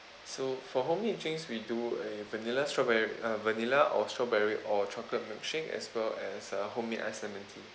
so for homemade drinks we do a vanilla strawberry uh vanilla or strawberry or chocolate milkshake as well as a homemade ice lemon tea